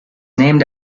named